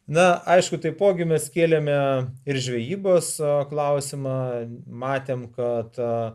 na aišku taipogi mes kėlėme ir žvejybos sau klausimą matėme ką tą